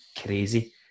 crazy